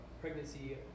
Pregnancy